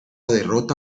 derrota